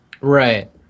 Right